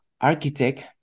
architect